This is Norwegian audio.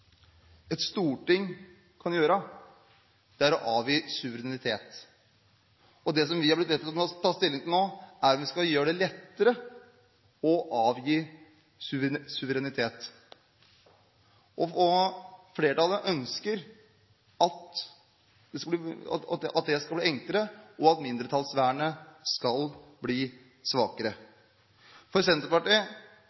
et storting kan gjøre, er å avgi suverenitet, og det vi har blitt bedt om å ta stilling til nå, er om vi skal gjøre det lettere å avgi suverenitet. Flertallet ønsker at det skal bli enklere, og at mindretallsvernet skal bli svakere.